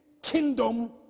kingdom